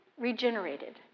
regenerated